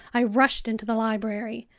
i rushed into the library.